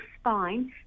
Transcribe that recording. spine